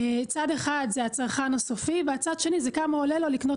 צד אחד זה הצרכן הסופי והצד השני זה כמה עולה לו לקנות